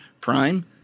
prime